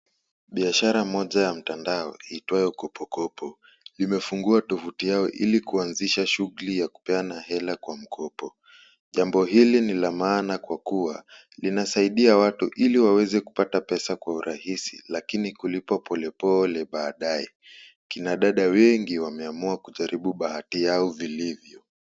Biashara moja ya mtandao iitwayo Kopo kopo. Imefungua tovuti yao ili kuanzisha shughuli ya kupeana hela kwa mkopo. Jambo hili ni la maana kwa kuwa linasaidia watu ili waweze kupata pesa kwa urahisi lakini kulipa polepole baadae. Kina dada wengi wameamua kujaribu bahati yao vilivyo.